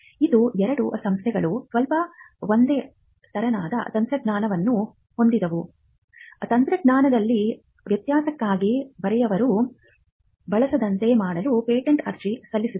ಇದು ಎರಡು ಸಂಸ್ಥೆಗಳು ಸ್ವಲ್ಪ ಒಂದೇ ತರನಾದ ತಂತ್ರಜ್ಞಾನವನ್ನು ಹೊಂದಿದವು ತಂತ್ರಜ್ಞಾನದಲ್ಲಿನ ವ್ಯತ್ಯಾಸಕ್ಕಾಗಿ ಬೆರೆಯವರು ಬಳಸದಂತೆ ಮಾಡಲು ಪೇಟೆಂಟ್ ಅರ್ಜಿ ಸಲ್ಲಿಸಿದರು